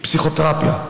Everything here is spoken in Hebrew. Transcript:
פסיכותרפיה.